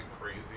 crazy